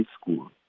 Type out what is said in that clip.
school